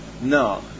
no